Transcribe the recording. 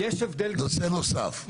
נושא נוסף.